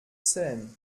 seine